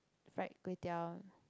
fried kway-teow